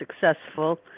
successful